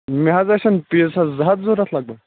مےٚ حظ آسن پیٖسس زٕ ہتھ ضرورَت لگ بگ